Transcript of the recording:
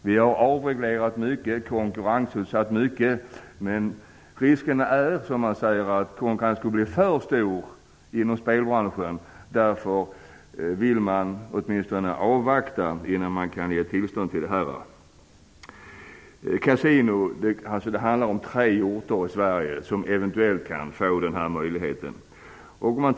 Vi har avreglerat och konkurrensutsatt mycket. Men risken är, säger man, att konkurrensen skall bli för stor inom spelbranschen, och därför vill man åtminstone avvakta innan man ger tillstånd till detta. Det är tre orter i Sverige som eventuellt kan få denna möjlighet.